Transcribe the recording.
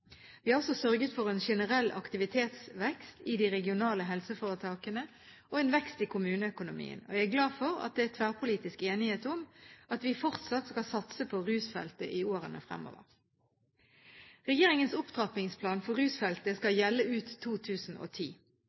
Vi har også sørget for en generell aktivitetsvekst i de regionale helseforetakene og en vekst i kommuneøkonomien. Jeg er glad for at det er tverrpolitisk enighet om at vi fortsatt skal satse på rusfeltet i årene fremover. Regjeringens opptrappingsplan for rusfeltet skal gjelde ut 2010.